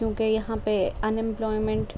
کیونکہ یہاں پہ ان امپلائمنٹ